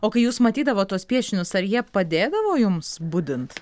o kai jūs matydavot tuos piešinius ar jie padėdavo jums budint